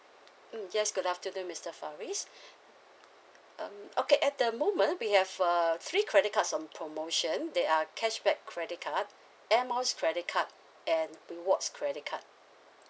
mm yes good afternoon mister faris um okay at the moment we have uh three credit cards on promotion there are cashback credit card air miles credit card and rewards credit card